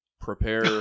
prepare